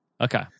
Okay